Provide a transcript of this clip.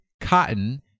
cotton